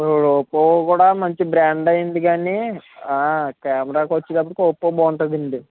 Oppo కూడా మంచి brand అయింది కానీ కెమెరాకి వచ్చేటప్పడికి ఒప్పో బాగుంటదండి